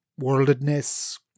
worldedness